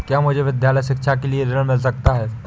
क्या मुझे विद्यालय शिक्षा के लिए ऋण मिल सकता है?